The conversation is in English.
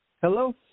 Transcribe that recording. Hello